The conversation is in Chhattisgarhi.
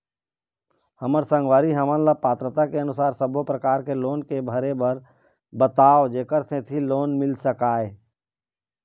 हमर संगवारी हमन ला पात्रता के अनुसार सब्बो प्रकार के लोन के भरे बर बताव जेकर सेंथी लोन मिल सकाए?